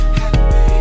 happy